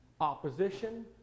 Opposition